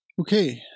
Okay